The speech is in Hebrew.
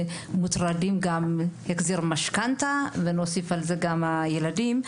מוטרדים גם מהחזר משכנתא ונוסיף על זה גם הילדים,